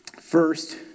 First